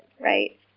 Right